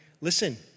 Listen